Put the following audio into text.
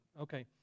Okay